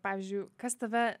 pavyzdžiui kas tave